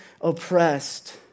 oppressed